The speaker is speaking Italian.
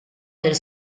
del